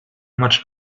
much